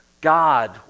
God